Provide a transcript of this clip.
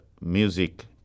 music